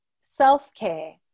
self-care